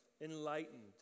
enlightened